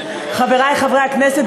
חברי חברי הכנסת,